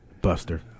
buster